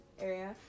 area